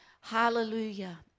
Hallelujah